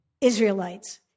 Israelites